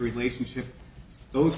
relationship those